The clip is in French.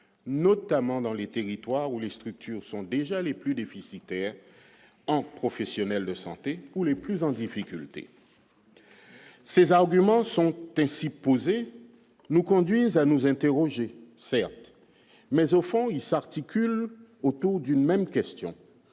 notamment dans les territoires où les structures sont déjà les plus déficitaires en professionnel de santé ou les plus en difficulté. Ses arguments sont ainsi posées, nous conduit à nous interroger, certes, mais au fond il s'articule autour d'une même question